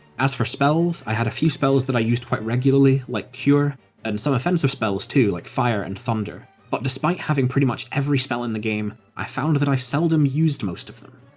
as for spells, i had a few spells that i used quite regularly, like cure and some offensive spells too like fire and thunder, but despite having pretty much every spell in the game, i found that i seldom used most of them.